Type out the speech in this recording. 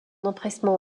empressement